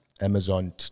Amazon